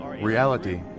reality